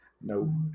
no